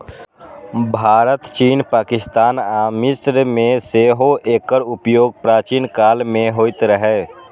भारत, चीन, पाकिस्तान आ मिस्र मे सेहो एकर उपयोग प्राचीन काल मे होइत रहै